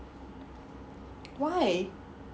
why